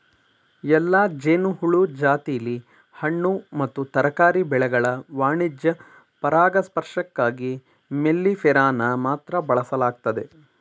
ಎಲ್ಲಾ ಜೇನುಹುಳು ಜಾತಿಲಿ ಹಣ್ಣು ಮತ್ತು ತರಕಾರಿ ಬೆಳೆಗಳ ವಾಣಿಜ್ಯ ಪರಾಗಸ್ಪರ್ಶಕ್ಕಾಗಿ ಮೆಲ್ಲಿಫೆರಾನ ಮಾತ್ರ ಬಳಸಲಾಗ್ತದೆ